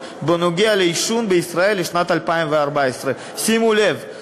בנוגע לעישון בישראל לשנת 2014. שימו לב,